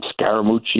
Scaramucci